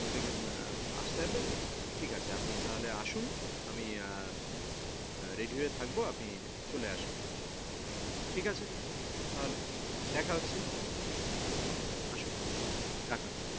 ওখান থেকে আসতে এবার ঠিক আছে আপনি তাহলে আসুন আমি রেডি হয় থাকবো আপনি চলে আসুন ঠিক আছে তাহলে দেখা হচ্ছে হুম আসুন রাখলাম